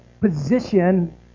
position